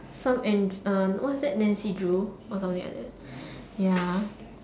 some en~ uh what's that Nancy Drew or something like that ya